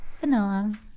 vanilla